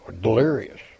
delirious